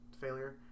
failure